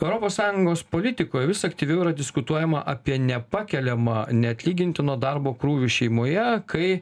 europos sąjungos politikoj vis aktyviau yra diskutuojama apie nepakeliamą neatlygintino darbo krūvį šeimoje kai